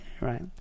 right